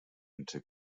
into